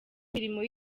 imirimo